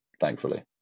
thankfully